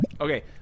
okay